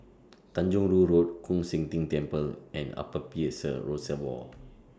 Tanjong Rhu Road Koon Seng Ting Temple and Upper Peirce Reservoir